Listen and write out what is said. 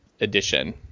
Edition